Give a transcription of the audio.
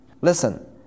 Listen